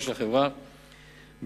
דירקטורים חרדיים במפעל-הפיס,